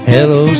Hello